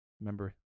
remember